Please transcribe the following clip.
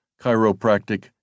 chiropractic